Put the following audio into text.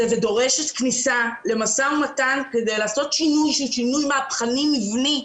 ודורשת כניסה למשא ומתן כדי לעשות שינוי מהפכני מבני.